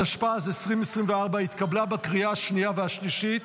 התקבלה בקריאה השנייה והשלישית,